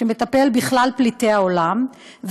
שמטפל בכלל פליטי העולם,